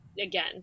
again